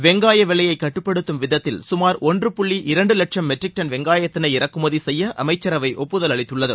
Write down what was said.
வெங்காய விலையை கட்டுப்படுத்தும் விதத்தில் சுமார் ஒன்று புள்ளி இரண்டு லட்ச மெட்ரிக் டன் வெங்காயத்தினை இறக்குமதி செய்ய அமைச்சரவை ஒப்புதல் அளித்துள்ளது